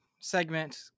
segment